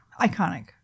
iconic